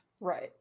Right